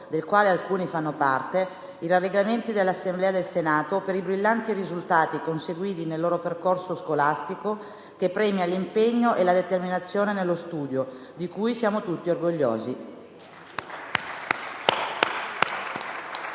del quale alcuni fanno parte, i rallegramenti dell'Assemblea del Senato per i brillanti risultati conseguiti nel loro percorso scolastico, che premia l'impegno e la determinazione nello studio, di cui siamo tutti orgogliosi.